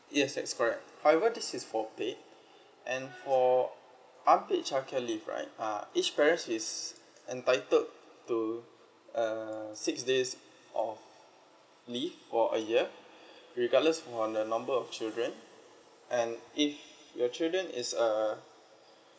yes that's correct however this is for paid and for unpaid childcare leave right uh each parent is entitled to uh six days of leave for a year regardless on the number of children and if your children is a